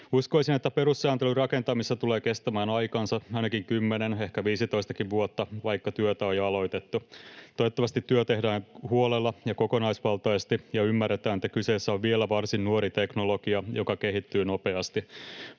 Uskoisin, että perussääntelyn rakentamisessa tulee kestämään aikansa, ainakin 10 vuotta, ehkä 15:kin vuotta, vaikka työtä on jo aloitettu. Toivottavasti työ tehdään huolella ja kokonaisvaltaisesti ja ymmärretään, että kyseessä on vielä varsin nuori teknologia, joka kehittyy nopeasti.